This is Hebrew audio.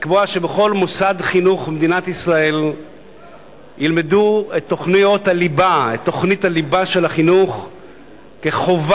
שבכל מוסד חינוך במדינת ישראל ילמדו את תוכניות הליבה של החינוך כחובה,